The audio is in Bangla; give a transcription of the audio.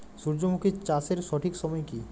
সূর্যমুখী চাষের সঠিক সময় কি?